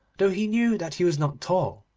though he knew that he was not tall.